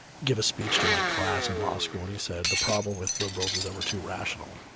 give a speech to my class in law school and he said the problem with liberals is that we're too rational,